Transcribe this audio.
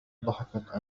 ضحك